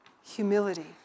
humility